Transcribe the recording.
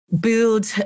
build